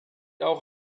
auch